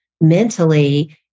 mentally